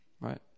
right